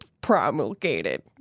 promulgated